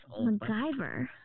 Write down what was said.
MacGyver